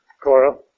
Cora